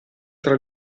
tra